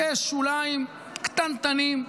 יש שוליים קטנטנים,